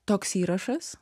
toks įrašas